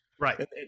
Right